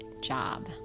job